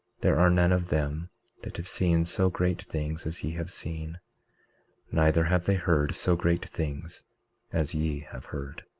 there are none of them that have seen so great things as ye have seen neither have they heard so great things as ye have heard.